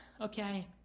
okay